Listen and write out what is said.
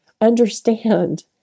understand